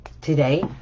today